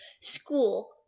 school